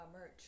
merch